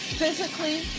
physically